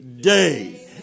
day